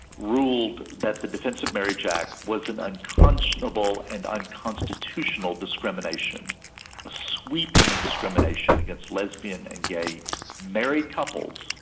ruled that the defence of marriage act was an unconscionable and unconstitutional discrimination, a sweeping discrimination against lesbian and gay married couples,